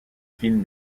film